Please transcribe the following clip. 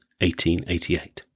1888